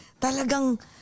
Talagang